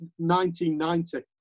1990